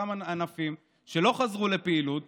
אבל אותם ענפים שלא חזרו לפעילות